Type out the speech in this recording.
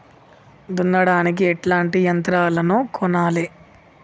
దున్నడానికి ఎట్లాంటి యంత్రాలను కొనాలే?